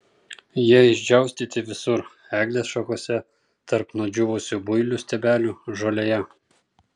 jie išdžiaustyti visur eglės šakose tarp nudžiūvusių builių stiebelių žolėje